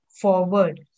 forward